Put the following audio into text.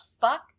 fuck